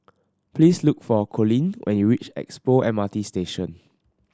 please look for Coleen when you reach Expo M R T Station